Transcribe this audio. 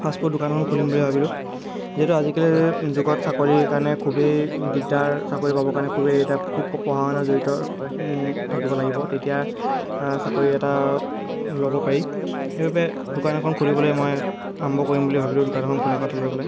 fast food দোকান এখন খুলিম বুলি ভাবিলোঁ যিহেতু আজিকালিৰ যুগত চাকৰিৰ কাৰণে খুবেই দিগদাৰ চাকৰি পাবৰ কাৰণে খুবেই এতিয়া খুব খুব পঢ়া শুনাত জড়িত থাকিব লাগিব তেতিয়া চাকৰি এটা ল'ব পাৰি সেইবাবে দোকান এখন খুলিবলৈ মই আৰম্ভ কৰিম বুলি ভাবিলোঁ দোকান এখন খোলা কথাটো লৈ পেলাই